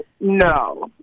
No